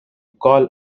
call